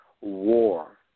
war